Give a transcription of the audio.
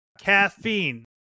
Caffeine